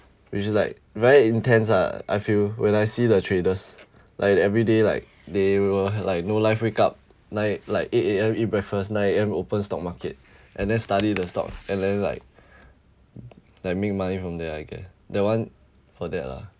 which is like very intense ah I feel when I see the traders like every day like they will like no life wake up night like eight A_M eat breakfast nine A_M open stock market and then study the stock and then like like make money from there I guess that one for that lah